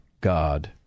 God